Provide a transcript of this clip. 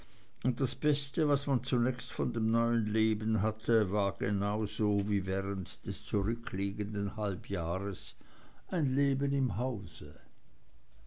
und das beste was man zunächst von dem neuen leben hatte war genauso wie während des zurückliegenden halbjahres ein leben im hause